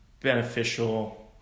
beneficial